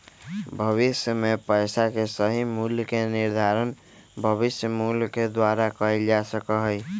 भविष्य में पैसा के सही मूल्य के निर्धारण भविष्य मूल्य के द्वारा कइल जा सका हई